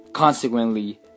Consequently